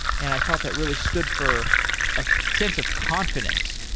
and i thought that really stood for a sense of confidence,